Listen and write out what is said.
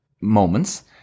moments